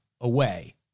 away